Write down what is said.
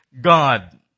God